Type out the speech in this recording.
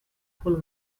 pull